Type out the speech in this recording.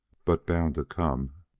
but bound to come,